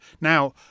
Now